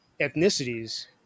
ethnicities